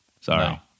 Sorry